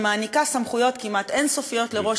שמעניקה סמכויות כמעט אין-סופיות לראש